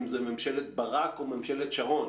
אם זאת ממשלת ברק או ממשלת שרון.